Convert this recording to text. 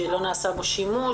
שלא נעשה בו שימוש.